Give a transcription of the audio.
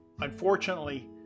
Unfortunately